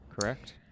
correct